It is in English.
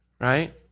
right